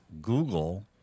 Google